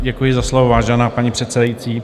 Děkuji za slovo, vážená paní předsedající.